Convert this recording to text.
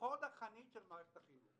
חוד החנית של מערכת החינוך.